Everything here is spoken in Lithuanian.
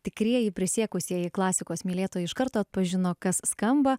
tikrieji prisiekusieji klasikos mylėtojai iš karto atpažino kas skamba